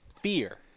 fear